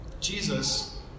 Jesus